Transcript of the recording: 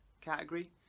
category